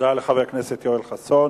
תודה לחבר הכנסת יואל חסון.